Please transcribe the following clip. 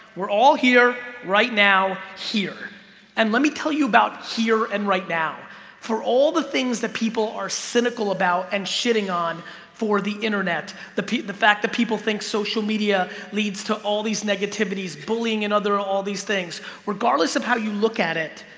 we're all here right now here and let me tell you about here and right now for all the things that people are cynical about and shitting on for the internet the the fact that people think social media leads to all these negativities bullying and other all these things regardless of how you look at it.